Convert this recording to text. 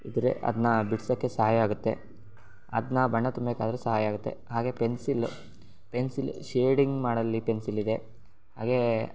ಇದ್ದರೆ ಅದನ್ನ ಬಿಡ್ಸೋಕ್ಕೆ ಸಹಾಯ ಆಗುತ್ತೆ ಅದನ್ನ ಬಣ್ಣ ತುಂಬಬೇಕಾದ್ರೆ ಸಹಾಯ ಆಗುತ್ತೆ ಹಾಗೇ ಪೆನ್ಸಿಲ್ಲು ಪೆನ್ಸಿಲ್ ಶೇಡಿಂಗ್ ಮಾಡೋಲ್ಲಿ ಪೆನ್ಸಿಲ್ ಇದೆ ಹಾಗೇ